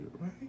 right